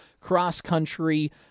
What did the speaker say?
cross-country